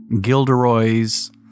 Gilderoy's